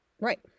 Right